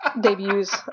debuts